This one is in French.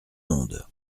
monde